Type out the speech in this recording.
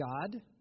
God